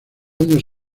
años